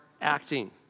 acting